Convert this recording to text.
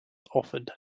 offered